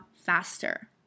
faster